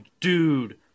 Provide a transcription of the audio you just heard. dude